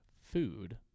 food